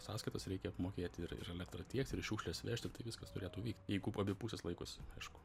sąskaitas reikia apmokėti ir ir elektrą tiekt ir šiukšles vežt ir tai viskas turėtų vykt jeigu abi pusės laikosi aišku